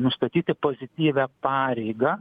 nustatyti pozityvią pareigą